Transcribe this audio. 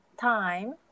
time